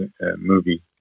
movie